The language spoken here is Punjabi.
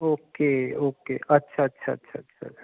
ਓਕੇ ਓਕੇ ਅੱਛਾ ਅੱਛਾ ਅੱਛਾ ਅੱਛਾ